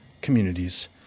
communities